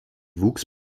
wuchs